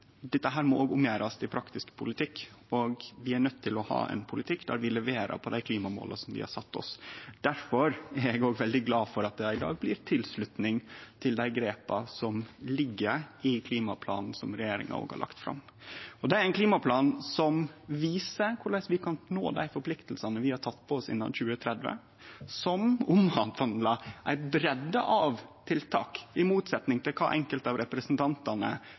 må òg gjerast om til praktisk politikk, og vi er nøydde til å ha ein politikk der vi leverer på dei klimamåla som vi har sett oss. Difor er eg òg veldig glad for at det i dag blir tilslutning til dei grepa som ligg i klimaplanen som regjeringa har lagt fram. Det er ein klimaplan som viser korleis vi kan nå dei forpliktingane vi har teke på oss, innan 2030, som omhandlar ei breidde av tiltak – i motsetning til kva enkelte av representantane